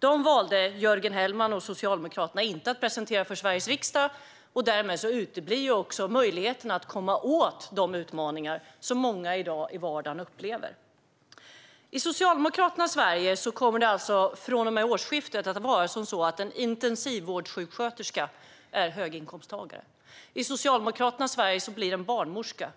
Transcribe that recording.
Dem valde Jörgen Hellman och Socialdemokraterna att inte presentera för Sveriges riksdag, och därmed uteblir också möjligheten att komma åt de utmaningar som många i dag upplever i vardagen. I Socialdemokraternas Sverige kommer alltså från och med årsskiftet en intensivvårdssjuksköterska, en barnmorska,